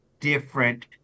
different